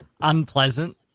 unpleasant